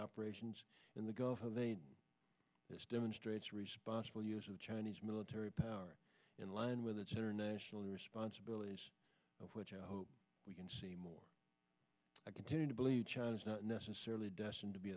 operations in the gulf of aden this demonstrates responsible use of chinese military power in line with the general national responsibility which i hope we can see more i continue to believe china is not necessarily destined to be